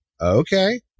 Okay